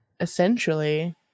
essentially